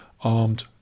armed